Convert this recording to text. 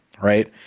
Right